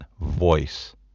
voice